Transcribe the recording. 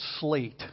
slate